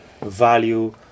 value